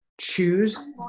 choose